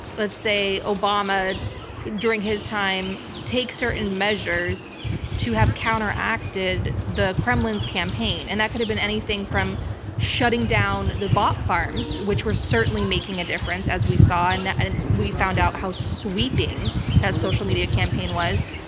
let's say, obama during his time take certain measures to have counteracted the kremlin's campaign? and that could've been anything from shutting down the bot farms which were certainly making a difference as we saw, and and we found out how sweeping that social media campaign was,